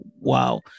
Wow